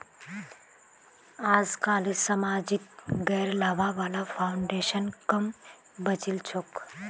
अजकालित समाजत गैर लाभा वाला फाउन्डेशन क म बचिल छोक